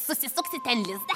susisuksi ten lizdą